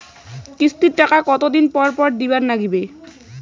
কিস্তির টাকা কতোদিন পর পর দিবার নাগিবে?